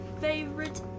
favorite